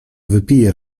wypije